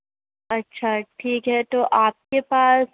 اچھا ٹھیک ہے تو آپ کے پاس